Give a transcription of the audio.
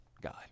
guy